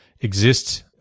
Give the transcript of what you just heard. exists